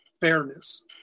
fairness